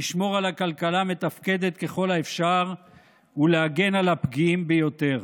לשמור על הכלכלה מתפקדת ככל האפשר ולהגן על הפגיעים ביותר".